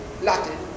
Latin